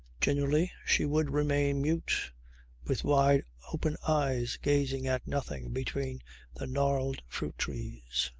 generally she would remain mute with wide open eyes gazing at nothing between the gnarled fruit trees.